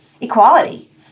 equality